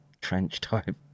trench-type